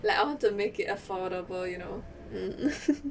like I want to make it affordable you know mm